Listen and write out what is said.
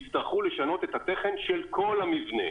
יצטרכו לשנות את התכן של כל המבנה,